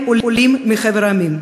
עולים מחבר המדינות.